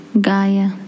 Gaia